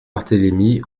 barthélémy